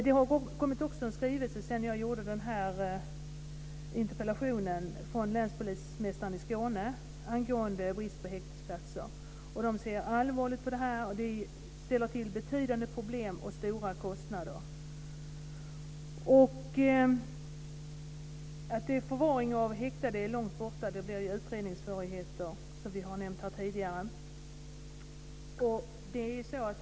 Det har också kommit en skrivelse sedan jag skrev den här interpellationen från länspolismästaren i Skåne angående brist på häktesplatser. Man ser allvarligt på det här. Det ställer till betydande problem och leder till stora kostnader. Förvaringen av häktade är långt borta och det blir utredningssvårigheter, som vi tidigare har nämnt här.